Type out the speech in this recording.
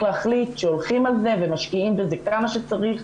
להחליט שהולכים על זה ומשקיעים בזה כמה שצריך.